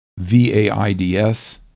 VAIDS